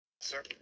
Sir